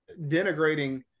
denigrating